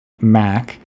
Mac